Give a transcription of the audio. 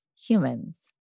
humans